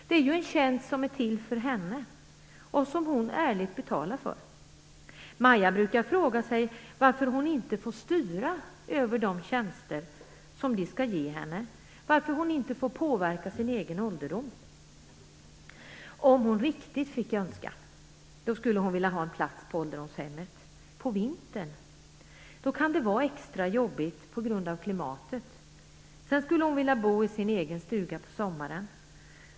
Det är ju en tjänst som är till för henne och som hon ärligt betalar för. Maja brukar fråga sig varför hon inte får styra över de tjänster som hon skall få och varför hon inte får påverka sin egen ålderdom. Om hon riktigt fick önska, då skulle hon vilja ha en plats på ålderdomshemmet på vintern. Då kan det vara extra jobbigt på grund av klimatet. Sedan skulle hon vilja bo i sin egen stuga på sommaren.